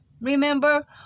remember